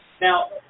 Now